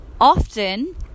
often